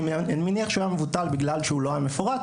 אני מניח שהוא היה מבוטל כי הוא לא היה מפורט,